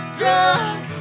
drunk